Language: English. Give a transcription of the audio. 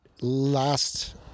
last